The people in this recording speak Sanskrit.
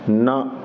न